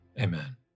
Amen